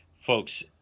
Folks